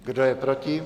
Kdo je proti?